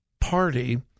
Party